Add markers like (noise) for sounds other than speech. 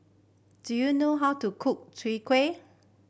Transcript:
do you know how to cook (unintelligible) kuih